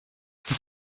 die